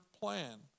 plan